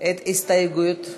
את ההסתייגות.